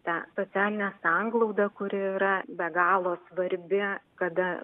tą socialinę sanglaudą kuri yra be galo svarbi kada